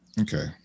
Okay